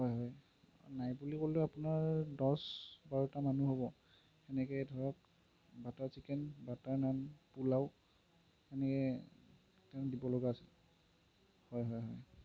হয় হয় নাই বুলি ক'লেও আপোনাৰ দহ বাৰটা মানুহ হ'ব তেনেকৈ ধৰক butter chicken butter naan pulao মানে দিব লগা আছিল হয় হয় হয়